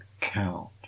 count